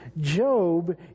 Job